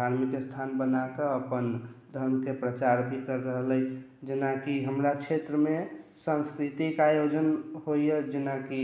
आ धार्मिक स्थान बना कऽ अपन धर्मके प्रचार भी कर रहलै जेनाकि हमरा क्षेत्रमे संस्कृतिक आयोजन होइए जेनाकि